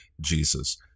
Jesus